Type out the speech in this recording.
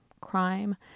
crime